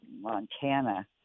Montana